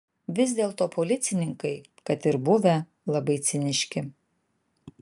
vis dėlto policininkai kad ir buvę labai ciniški